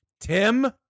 Tim